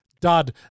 dud